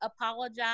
Apologize